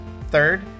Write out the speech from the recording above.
Third